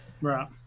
Right